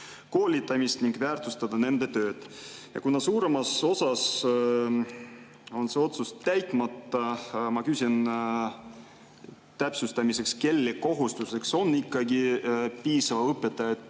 koolitamist ning väärtustada nende tööd. Ja kuna suuremas osas on see otsus täitmata, ma küsin täpsustamiseks, kelle kohustuseks on ikkagi piisava arvu õpetajate